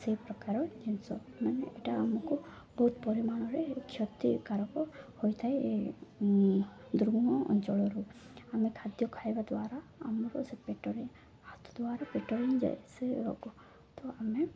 ସେଇ ପ୍ରକାର ଜିନିଷ ମାନେ ଏଇଟା ଆମକୁ ବହୁତ ପରିମାଣରେ କ୍ଷତିକାରକ ହୋଇଥାଏ ଦୁର୍ମହ ଅଞ୍ଚଳରୁ ଆମେ ଖାଦ୍ୟ ଖାଇବା ଦ୍ୱାରା ଆମର ସେ ପେଟରେ ହାତ ଦ୍ୱାରା ପେଟରେ ହିଁ ଯାଏ ସେ ରୋଗ ତ ଆମେ